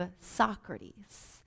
Socrates